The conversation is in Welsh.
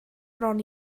bron